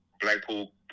Blackpool